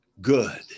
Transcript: good